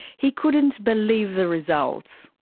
he couldn't believe the results.